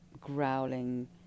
growling